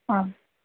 आम्